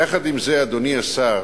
יחד עם זה, אדוני השר,